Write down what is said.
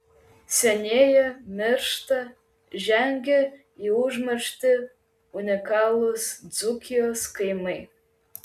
senėja miršta žengia į užmarštį unikalūs dzūkijos kaimai